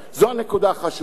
זו הנקודה החשובה.